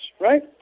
right